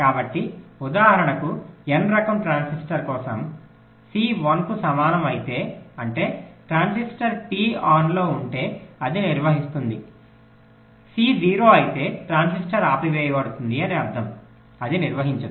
కాబట్టి ఉదాహరణకు n రకం ట్రాన్సిస్టర్ కోసం C 1 కు సమానం అయితే అంటే ట్రాన్సిస్టర్ T ఆన్ లో ఉంటె అది నిర్వహిస్తుంది C 0 అయితే ట్రాన్సిస్టర్ ఆపివేయబడిందని అర్థం అది నిర్వహించదు